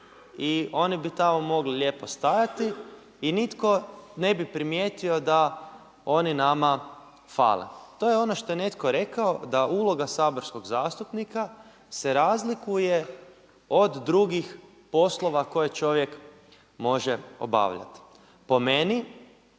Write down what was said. i one bi tamo mogle lijepo stajati i nitko ne bi primijetio da oni nama fale. To je ono što je netko rekao da uloga saborskog zastupnika se razlikuje od drugih poslova koje čovjek može obavljati. Po meni,